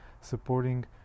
supporting